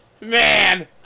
Man